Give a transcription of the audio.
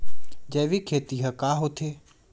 जैविक खेती ह का होथे?